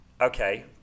Okay